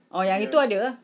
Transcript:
oh yang itu ada ah